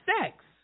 sex